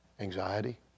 anxiety